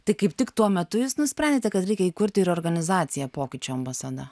tai kaip tik tuo metu jūs nusprendėte kad reikia įkurti ir organizaciją pokyčių ambasada